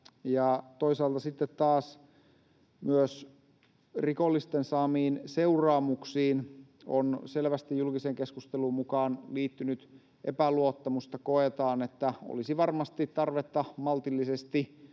toisaalta sitten taas myös rikollisten saamiin seuraamuksiin on selvästi julkisen keskustelun mukaan liittynyt epäluottamusta, ja koetaan, että olisi varmasti tarvetta maltillisesti